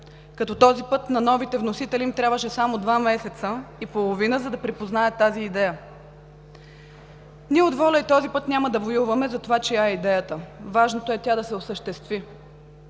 като този път на новите вносители им трябваше само два месеца и половина, за да припознаят тази идея. От ВОЛЯ и този път няма да воюваме за това чия е идеята. Важното е тя да се осъществи,